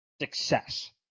success